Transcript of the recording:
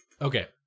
Okay